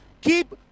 keep